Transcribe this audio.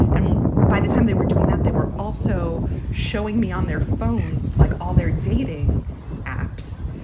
and by the time they were doing that, they were also showing me on their phones, like all their dating apps.